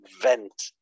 vent